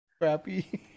crappy